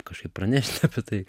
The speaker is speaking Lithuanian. kažkaip pranešt apie tai